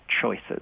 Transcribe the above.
choices